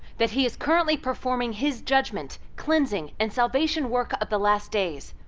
that he is currently performing his judgment, cleansing, and salvation work of the last days.